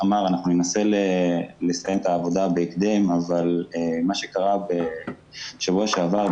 אנחנו ננסה לסיים את העבודה בהקדם אבל מה שקרה בשבוע שעבר,